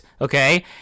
okay